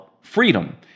freedom